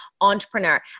entrepreneur